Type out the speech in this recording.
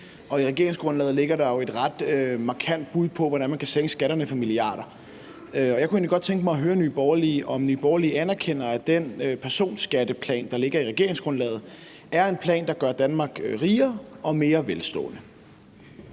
og i regeringsgrundlaget ligger der jo et ret markant bud på, hvordan man kan sænke skatterne for milliarder. Jeg kunne egentlig godt tænke mig at høre Nye Borgerlige, om Nye Borgerlige anerkender, at den personskatteplan, der ligger i regeringsgrundlaget, er en plan, der gør Danmark rigere og mere velstående.